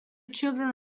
children